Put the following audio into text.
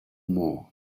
more